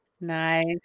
Nice